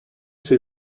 ces